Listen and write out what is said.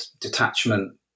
detachment